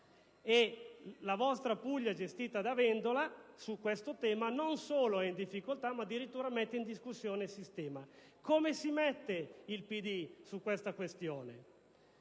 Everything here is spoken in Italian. La vostra Puglia, gestita da Vendola, su questo tema non solo è in difficoltà, ma addirittura mette in discussione il sistema. Vorrei capire quale sia la posizione